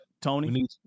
Tony